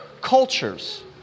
cultures